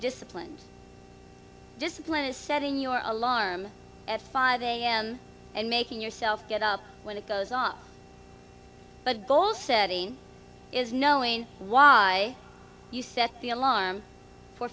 disciplined discipline a set in your alarm at five am and making yourself get up when it goes off but goal setting is knowing why you set the alarm for